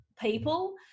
people